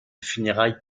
funérailles